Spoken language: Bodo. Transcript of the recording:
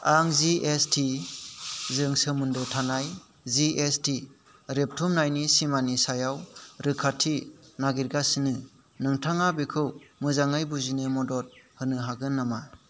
आं जिएसटि जों सोमोन्दो थानाय जिएसटि रेबथुमनायनि सिमानि सायाव रोखाथि नागिरगासिनो नोंथाङा बेखौ मोजाङै बुजिनो मदद होनो हागोन नामा